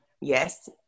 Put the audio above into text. yes